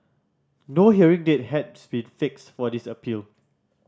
no hearing date has been fixed for this appeal